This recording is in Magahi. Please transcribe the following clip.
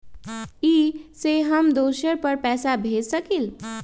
इ सेऐ हम दुसर पर पैसा भेज सकील?